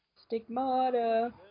Stigmata